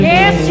Yes